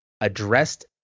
addressed